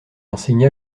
enseigna